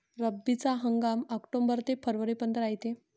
रब्बीचा हंगाम आक्टोबर ते फरवरीपर्यंत रायते